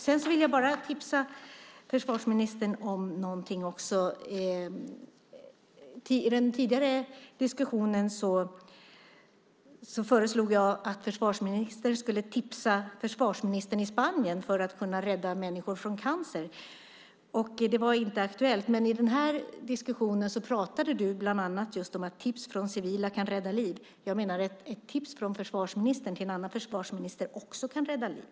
Sedan vill jag tipsa försvarsministern om en sak också. I den tidigare diskussionen föreslog jag att försvarsministern skulle tipsa försvarsministern i Spanien för att man ska kunna rädda människor från cancer. Det var inte aktuellt, men i den här diskussionen pratade du bland annat om att tips från civila kan rädda liv. Jag menar att ett tips från försvarsministern till en annan försvarsminister också kan rädda liv.